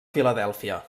filadèlfia